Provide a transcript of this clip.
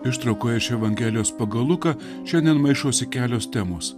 ištraukoje iš evangelijos pagal luką šiandien maišosi kelios temos